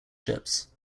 ships